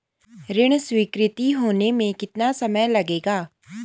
ऋण स्वीकृति होने में कितना समय लगेगा?